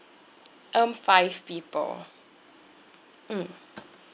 um five people mm